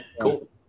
Cool